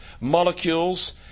molecules